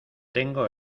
tengo